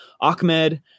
Ahmed